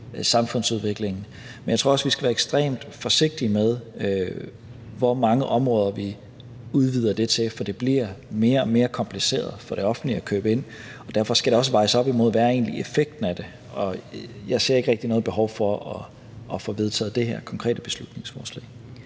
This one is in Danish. samfundsudviklingen. Men jeg tror også, at vi skal være ekstremt forsigtige med, hvor mange områder vi udvider det til, for det bliver mere og mere kompliceret for det offentlige at købe ind. Derfor skal det også vejes op imod, hvad effekten af det egentlig er, og jeg ser ikke rigtig noget behov for at få vedtaget det her konkrete beslutningsforslag.